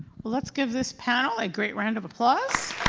let's give this panel a great round of applause.